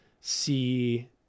see